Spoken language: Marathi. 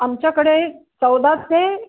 आमच्याकडे चौदा ते